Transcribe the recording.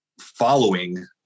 following